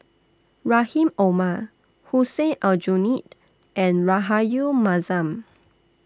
Rahim Omar Hussein Aljunied and Rahayu Mahzam